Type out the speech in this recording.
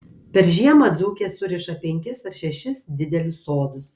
per žiemą dzūkės suriša penkis ar šešis didelius sodus